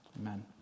amen